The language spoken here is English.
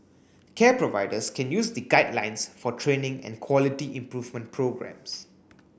care providers can use the guidelines for training and quality improvement programmes